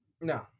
No